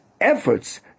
efforts